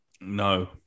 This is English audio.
No